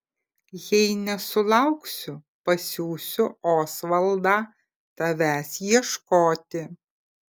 jei nesulauksiu pasiųsiu osvaldą tavęs ieškoti